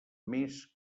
més